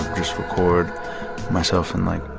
just record myself in, like,